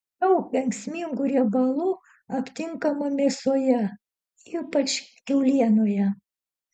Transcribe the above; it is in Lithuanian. daug kenksmingų riebalų aptinkama mėsoje ypač kiaulienoje